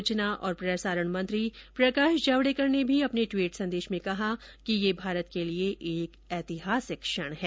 सूचना और प्रसारण मंत्री प्रकाश जावड़ेकर ने भी अपने द्वीट संदेश में कहा कि ये भारत के लिए एक ऐतिहासिक क्षण है